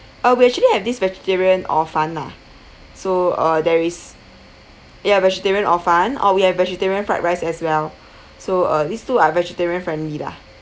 uh we actually have this vegetarian horfun lah so uh there is ya vegetarian horfun or we have vegetarian fried rice as well so uh these two are vegetarian friend lah